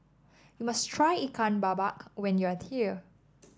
you must try Ikan Bakar when you are here